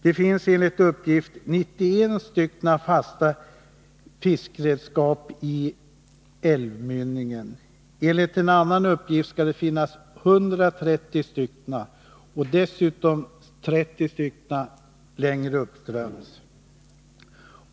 Det finns enligt en uppgift 91 fasta fiskredskap i älvmynningen, och enligt en annan uppgift skall det finnas 130 stycken och dessutom 30 längre uppströms.